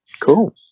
Cool